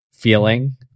Feeling